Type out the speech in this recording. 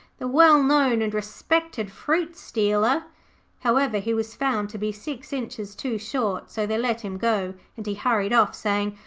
the well-known and respected fruit stealer however, he was found to be six inches too short, so they let him go, and he hurried off, saying,